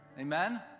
Amen